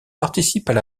participent